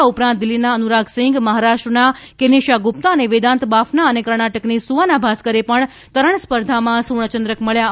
આ ઉપરાંત દિલ્ફીના અનુરાગસિંઘ મહારાષ્ટ્રના કેનિશા ગુપ્તા અને વેદાંત બાફના અને કર્ણાટકની સુવાના ભાસ્કરે પણ તરણ સ્પર્ધામાં સુવર્ણચંદ્રક મબ્યા છે